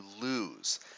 lose